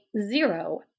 zero